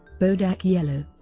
bodak yellow